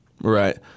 right